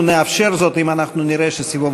אנחנו נאפשר זאת אם אנחנו נראה שסיבוב